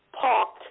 parked